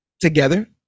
together